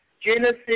Genesis